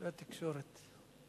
והתקשורת.